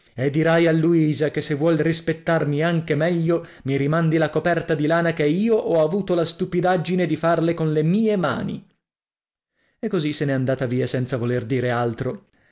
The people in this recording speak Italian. e dirai a luisa che se vuoi rispettarmi anche meglio mi rimandi la coperta di lana che io ho avuto la stupidaggine di farle con le mie mani e così se n'è andata via senza voler dire altro